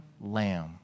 Lamb